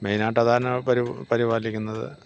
main ആയിട്ട് അതാണ് പരി പരിപാലിക്കുന്നത്